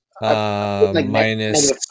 minus